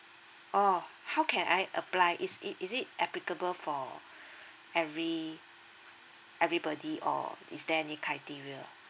oh how can I apply is it is it applicable for every everybody or is there any criteria